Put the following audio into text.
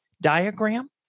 diagram